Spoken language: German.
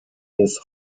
des